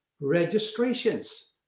registrations